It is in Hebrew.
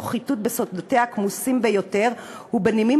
תוך חיטוט בסודותיה הכמוסים ביותר ובנימים